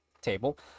table